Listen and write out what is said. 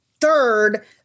third